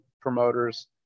promoters